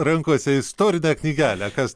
rankose istorinę knygelę kas